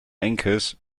anchors